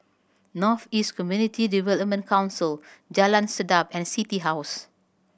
North East Community Development Council Jalan Sedap and City House